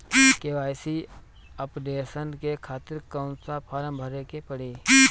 KYC updation के खातिर कौन सा फारम भरे के पड़ी?